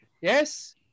Yes